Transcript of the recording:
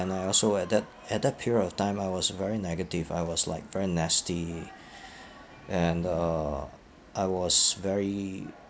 and I also at that at that period of time I was very negative I was like very nasty and uh I was very